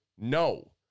no